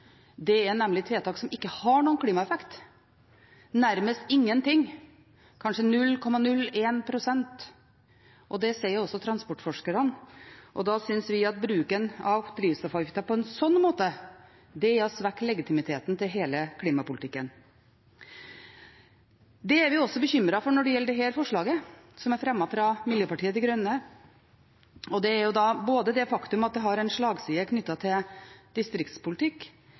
Det er nemlig tiltak som ikke har noen klimaeffekt, nærmest ingen – kanskje 0,01 pst – og det sier også transportforskerne. Da synes vi at bruken av drivstoffavgiften på en slik måte er å svekke legitimiteten til hele klimapolitikken. Det er vi også bekymret for når det gjelder dette forslaget, som er fremmet fra Miljøpartiet De Grønne. Det gjelder både det faktum at det har en slagside knyttet til distriktspolitikk,